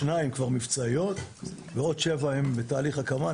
שתיים כבר מבצעיות ועוד שבע בתהליך הקמה.